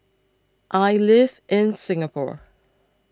I live in Singapore